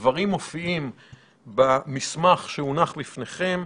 הדברים מופיעים במסמך שהונח בפניכם.